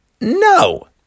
No